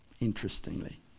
interestingly